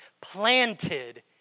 planted